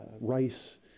rice